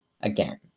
again